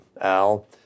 Al